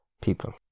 people